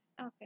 Okay